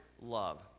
love